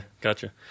gotcha